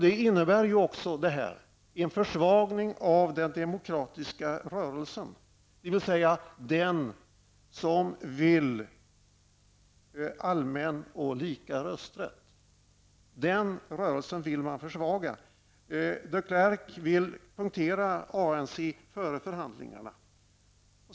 Detta innebär också en försvagning av den demokratiska rörelsen, dvs. den som vill ha allmän och lika rösträtt. Den rörelsen vill man försvaga. de Klerk vill punktera ANC före förhandlingarna.